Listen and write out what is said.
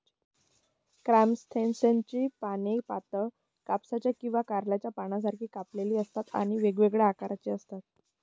क्रायसॅन्थेममची पाने पातळ, कापसाच्या किंवा कारल्याच्या पानांसारखी कापलेली असतात आणि वेगवेगळ्या आकाराची असतात